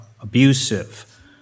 abusive